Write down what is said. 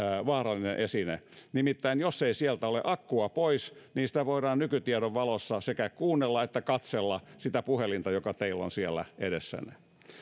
vaarallinen esine nimittäin jos ei siitä ole akku pois niin nykytiedon valossa voidaan sekä kuunnella että katsella sen puhelimen kautta joka teillä on siellä edessänne